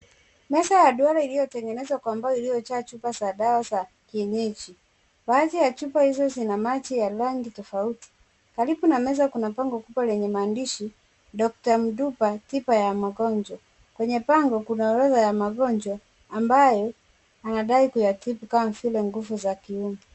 Meza ya duara iliyotengenezwa kwa mbao iliyojaa chupa za dawa za kienyeji. Baadhi ya chupa zina maji ya rangi tofauti. Karibu na meza kuna gongo kubwa lenye maandishi doctor Mduba tiba ya magonjwa. Kwenye bango kuna baadhi ya magonjwa ambaye anadainkuzitibu kama nguvu za kiume